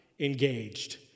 engaged